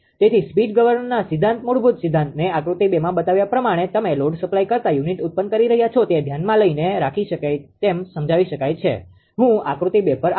તેથી સ્પીડ ગવર્નીંગના મૂળભૂત સિદ્ધાંતને આકૃતિ 2 માં બતાવ્યા પ્રમાણે તમે લોડ સપ્લાય કરતા યુનિટ ઉત્પન્ન કરી રહ્યા છો તે ધ્યાનમાં રાખીને સમજાવી શકાય છે હું આકૃતિ 2 પર આવીશ